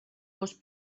gos